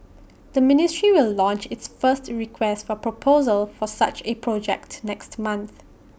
the ministry will launch its first request for proposal for such A project next month